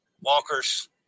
walkers